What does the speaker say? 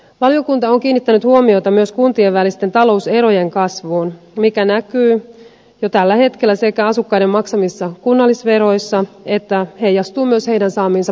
valiokunta on kiinnittänyt huomiota myös kuntien välisten talouserojen kasvuun mikä sekä näkyy jo tällä hetkellä asukkaiden maksamissa kunnallisveroissa että heijastuu myös heidän saamiinsa palveluihin